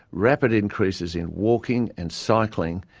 rapid increases in walking and cycling,